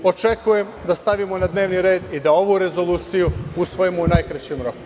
Očekujem da stavimo na dnevni red i da ovu rezoluciju usvojimo u najkraćem roku.